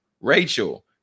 Rachel